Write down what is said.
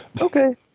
okay